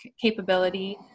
capability